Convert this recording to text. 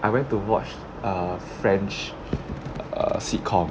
I went to watch a french err sitcom